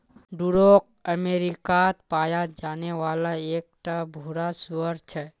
Duroc अमेरिकात पाया जाने वाला एक टा भूरा सूअर छे